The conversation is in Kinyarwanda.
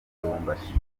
lubumbashi